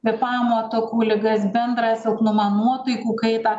kvėpavimo takų ligas bendrąjį silpnumą nuotaikų kaitą